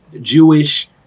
Jewish